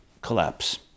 collapse